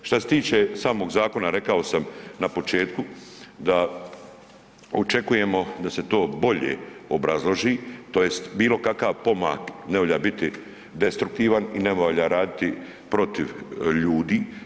Šta se tiče samog zakona, rekao sam na početku da očekujemo da se to bolje obrazloži tj. bilo kakav pomak, ne valja biti destruktivan i ne valja raditi protiv ljudi.